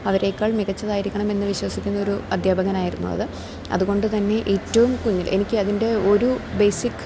അവരേക്കാൾ മികച്ചതായിരിക്കണം എന്ന് വിശ്വസിക്കുന്ന ഒരു അദ്ധ്യാപകനായിരുന്നു അത് അതുകൊണ്ട് തന്നെ ഏറ്റവും കുഞ്ഞ് എനിക്ക് അതിൻ്റെ ഒരു ബേസിക്